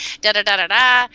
da-da-da-da-da